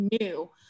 new